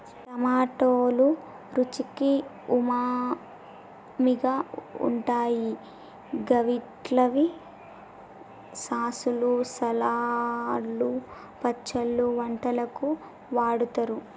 టమాటోలు రుచికి ఉమామిగా ఉంటాయి గవిట్లని సాసులు, సలాడ్లు, పచ్చళ్లు, వంటలకు వాడుతరు